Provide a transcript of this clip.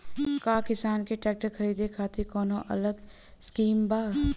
का किसान के ट्रैक्टर खरीदे खातिर कौनो अलग स्किम बा?